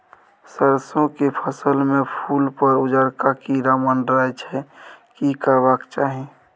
सरसो के फसल में फूल पर उजरका कीरा मंडराय छै की करबाक चाही?